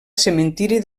cementiri